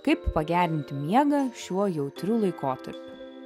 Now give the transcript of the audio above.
kaip pagerinti miegą šiuo jautriu laikotarpiu